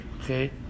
Okay